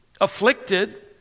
afflicted